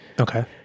Okay